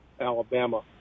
Alabama